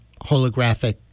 holographic